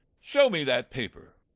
show me that paper.